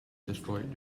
destroyed